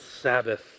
Sabbath